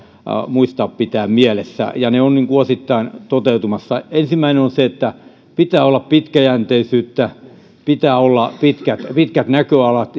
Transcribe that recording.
muistaa pitää mielessä ja ne ovat osittain toteutumassa ensimmäinen on se että pitää olla pitkäjänteisyyttä pitää olla pitkät pitkät näköalat